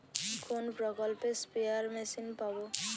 কোন প্রকল্পে spare machine পাব?